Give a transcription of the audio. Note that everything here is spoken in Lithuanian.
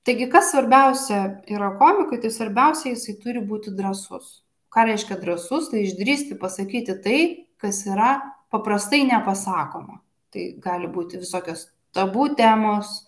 taigi kas svarbiausia yra komikui tai svarbiausia jisai turi būti drąsus ką reiškia drąsus tai išdrįsti pasakyti tai kas yra paprastai nepasakoma tai gali būti visokios tabu temos